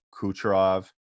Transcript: Kucherov